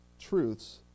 truths